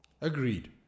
Agreed